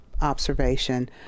observation